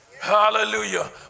hallelujah